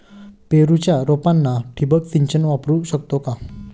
पेरूच्या रोपांना ठिबक सिंचन वापरू शकतो का?